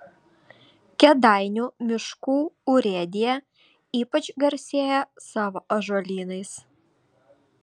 kėdainių miškų urėdija ypač garsėja savo ąžuolynais